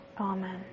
Amen